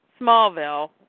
Smallville